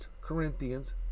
Corinthians